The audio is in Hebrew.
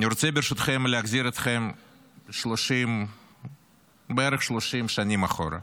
אני רוצה ברשותכם להחזיר אתכם בערך 30 שנים אחורה,